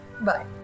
Bye